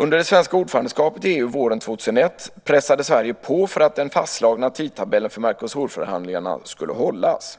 Under det svenska ordförandeskapet i EU våren 2001 pressade Sverige på för att den fastslagna tidtabellen för Mercosurförhandlingarna skulle hållas.